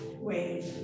wave